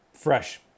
Fresh